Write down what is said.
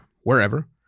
wherever